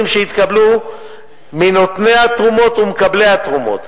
שיתקבלו מנותני התרומות וממקבלי התרומות.